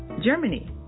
Germany